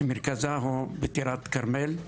שמרכזה הוא בטירת הכרמל.